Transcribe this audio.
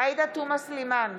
עאידה תומא סלימאן,